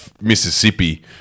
Mississippi